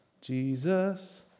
Jesus